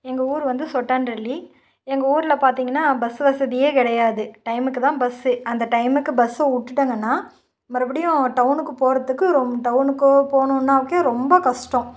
எங்கள் ஊர் வந்து சொட்டான்டள்ளி எங்கள் ஊரில் பார்த்திங்கனா பஸ்ஸு வசதியே கிடையாது டைமுக்குத் தான் பஸ்ஸு அந்த டைமுக்குப் பஸ்ஸு விட்டுட்டாங்கனா மறுபடியும் டௌனுக்குப் போகிறத்துக்கு ரொம் டௌனுக்கோ போகணுன்னாக்கே ரொம்ப கஸ்ட்டம்